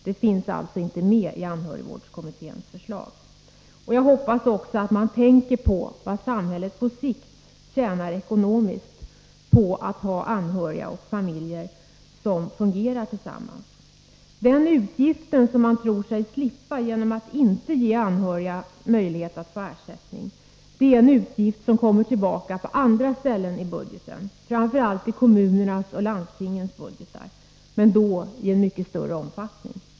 Det är också viktigt att beakta vad samhället på sikt tjänar på att familjemedlemmarna i sådana här situationer fungerar tillsammans. Den utgift som man tror sig slippa genom att inte ge anhöriga möjlighet att få ersättning är en utgift som kommer tillbaka på andra ställen — framför allt i kommunernas och landstingens budgetar — och då i mycket större omfattning.